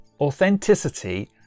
authenticity